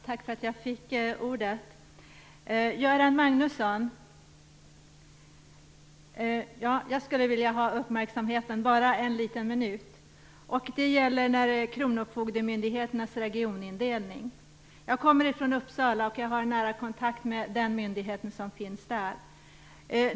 Herr talman! Jag skulle vilja ha Göran Magnussons uppmärksamhet en liten stund. Det gäller kronofogdemyndigheternas indelning. Jag kommer från Uppsala och har nära kontakt med den myndighet som finns där.